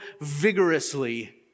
vigorously